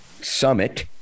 summit